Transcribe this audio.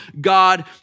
God